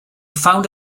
found